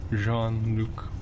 Jean-Luc